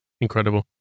incredible